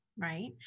Right